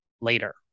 later